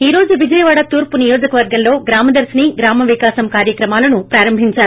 ఈ రోజు విజయవాడ తూర్పు నియోజకవర్గంలో గ్రామదర్పిని గ్రామ వికాసం కార్యక్రమాలను ప్రారంభించారు